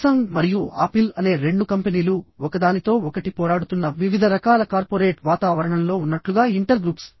Samsung మరియు Apple అనే రెండు కంపెనీలు ఒకదానితో ఒకటి పోరాడుతున్న వివిధ రకాల కార్పొరేట్ వాతావరణంలో ఉన్నట్లుగా ఇంటర్గ్రూప్స్